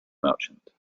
merchant